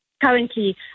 currently